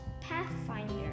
Pathfinder